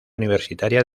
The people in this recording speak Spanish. universitaria